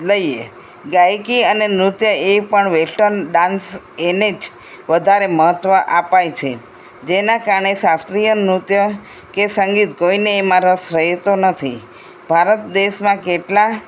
લઈએ ગાયકી અને નૃત્ય એ પણ વેસ્ટન ડાન્સ એને જ વધારે મહત્વ અપાય છે જેના કારણે શાસ્ત્રીય નૃત્ય કે સંગીત કોઈને એમાં રસ રહેતો નથી ભારત દેશમાં કેટલા